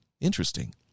Interesting